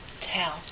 tell